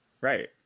Right